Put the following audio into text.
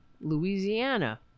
Louisiana